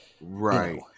Right